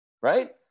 right